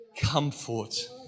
comfort